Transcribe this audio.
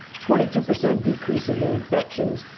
twenty two percent decrease in new infections,